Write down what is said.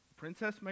Princess